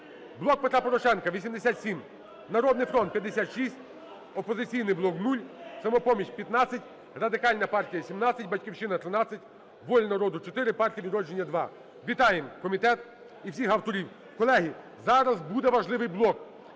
"Блок Петра Порошенка" – 87, "Народний фронт" - 56, "Опозиційний блок" – 0, "Самопоміч" – 15, Радикальна партія – 17, "Батьківщина" – 13, "Воля народу" – 4, "Партія "Відродження" – 2. Вітаємо комітет і всіх авторів. Колеги, зараз буде важливий блок